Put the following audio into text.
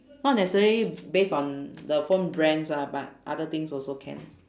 not necessary based on the phone brands ah but other things also can